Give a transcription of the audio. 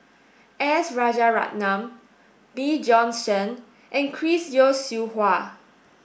S Rajaratnam Bjorn Shen and Chris Yeo Siew Hua